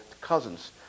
Cousins